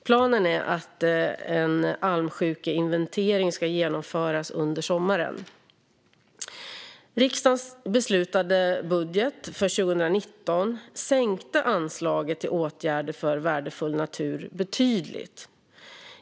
Planen är att en almsjukeinventering ska genomföras under sommaren. I den budget som riksdagens beslutade om för 2019 sänktes anslaget till åtgärder för värdefull natur betydligt.